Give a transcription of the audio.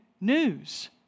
news